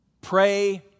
pray